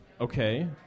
Okay